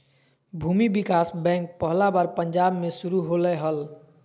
भूमि विकास बैंक पहला बार पंजाब मे शुरू होलय हल